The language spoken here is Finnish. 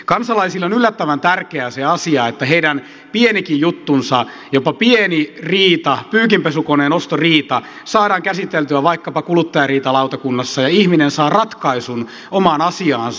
kansalaisille on yllättävän tärkeää se että heidän pienikin juttunsa jopa pieni riita pyykinpesukoneen ostoriita saadaan käsiteltyä vaikkapa kuluttajariitalautakunnassa ja ihminen saa ratkaisun omaan asiaansa